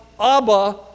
Abba